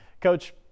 Coach